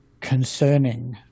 concerning